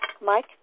Mike